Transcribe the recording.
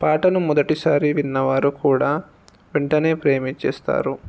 పాటను మొదటిసారి విన్నవారు కూడా వెంటనే ప్రేమించిస్తారు